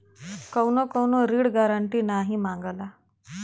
कउनो कउनो ऋण गारन्टी नाही मांगला